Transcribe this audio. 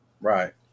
Right